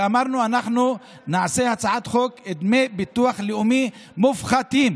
ואמרנו: אנחנו נעשה הצעת חוק דמי ביטוח לאומי מופחתים,